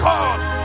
God